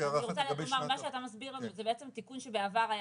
אני רוצה לומר: מה שאתה מסביר לנו זה בעצם תיקון שהיה בעבר,